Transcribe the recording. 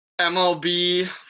MLB